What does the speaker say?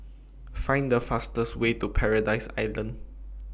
Find The fastest Way to Paradise Island